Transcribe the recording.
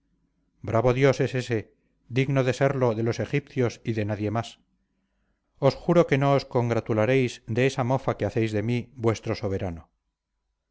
bravo dios es ese digno de serlo de los egipcios y de nadie más os juro que no os congratularéis de esa mofa que hacéis de mí vuestro soberano